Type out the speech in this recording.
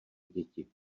děti